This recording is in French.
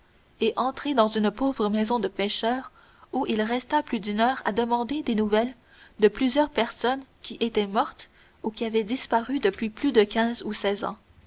et entrer dans une pauvre maison de pêcheurs où il resta plus d'une heure à demander des nouvelles de plusieurs personnes qui étaient mortes ou qui avaient disparu depuis plus de quinze ou seize ans